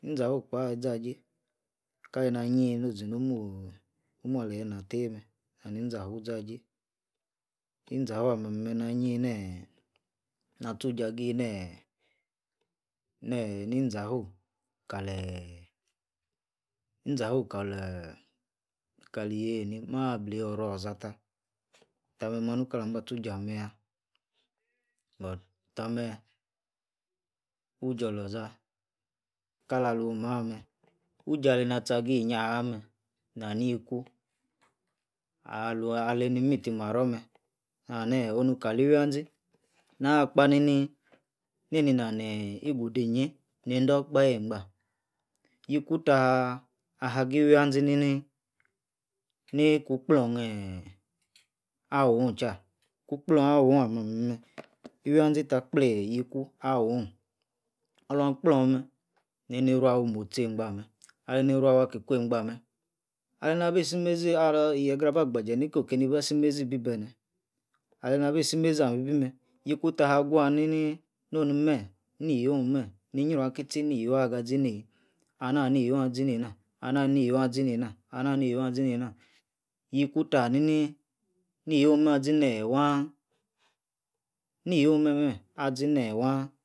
Izahu-kpa izajie kalina ayie kaleyi ina tieh mer na-ha ni-izahu mem iza-abie izalu amem na-ga yieh ne na-atuja agi ne-ni izawu kaleyi iza hu kali yeyi ni? ma ableh oru olaza ta tame manu kalah lam aba atu-uja ameya tame uja oloza kala lu uja alana atoe agi iyie ha men na-hani yieku aleni meet maro mem na-ha eeh onu kali iwia zee na-kpa ni ni nem ina nigude iyie nede okpahe egba yiku ta aha ayi iwia-zee ni-ni ku klor awu oh tiar ku klon awuo-iwia zi ta kleh yiku awwo alah aklon ni-ni ruu awu mostie aki kwe egba mem yie-grah aba agbaje ni-ko ekeni bi-bene alena abi si mezi amem ebi mer yiku ta aba agua ni-ni no nome ni-iyo mem ni-yrikitie, ni-iyie aga zi neyi ana aya ni-iyio asi-ne-na iyi ne-iyio asi nena yiku ta ahani neyi mem azi neyi waan ni-iyo mem azi neyi waan